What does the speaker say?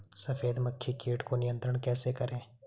सफेद मक्खी कीट को नियंत्रण कैसे करें?